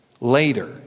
Later